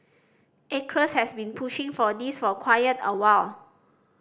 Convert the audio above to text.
Acres has been pushing for this for quite a while